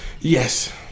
Yes